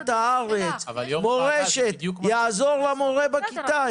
ידיעת הארץ, מורשת, עזרה למורה בכיתה.